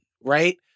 Right